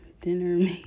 Dinner